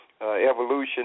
evolution